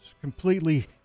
completely